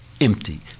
empty